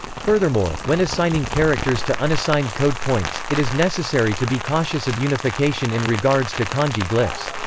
furthermore, when assigning characters to unassigned code points, it is necessary to be cautious of unification in regards to kanji glyphs.